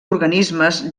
organismes